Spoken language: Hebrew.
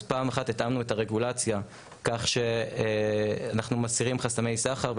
אז פעם אחת התאמנו את הרגולציה כך שאנחנו מסירים חסמי סחר.